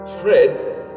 Fred